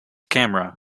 camera